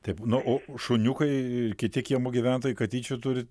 taip nu o šuniukai ir kiti kiemo gyventojai katyčių turit